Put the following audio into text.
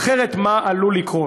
אחרת מה עלול לקרות?